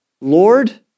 Lord